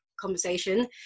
conversation